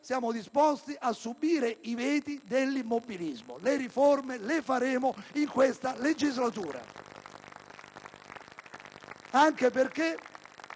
siamo disposti a subire i veti dell'immobilismo. Noi faremo le riforme in questa legislatura